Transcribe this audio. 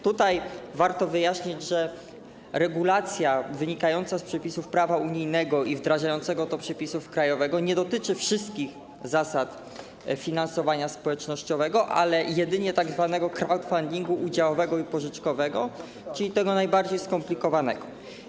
Tutaj warto wyjaśnić, że regulacja wynikająca z przepisów prawa unijnego i wdrażająca to do przepisów krajowych nie dotyczy wszystkich zasad finansowania społecznościowego, ale jedynie tzw. crowdfundingu udziałowego i pożyczkowego, czyli tego najbardziej skomplikowanego.